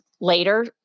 later